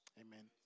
amen